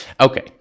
Okay